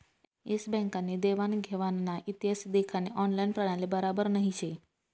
S bank नी देवान घेवानना इतिहास देखानी ऑनलाईन प्रणाली बराबर नही शे